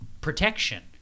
protection